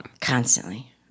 constantly